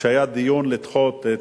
כשהיה דיון לדחות את,